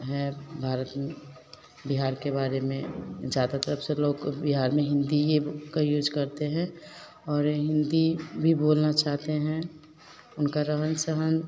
है भारत में बिहार के बारे में ज़्यादातर सब लोग को बिहार में हिन्दी ही का यूज करते हैं और हिन्दी भी बोलना चाहते हैं उनका रहन सहन